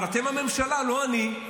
אבל אתם הממשלה, לא אני.